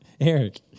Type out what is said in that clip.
Eric